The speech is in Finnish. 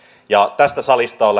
ja tästä salista on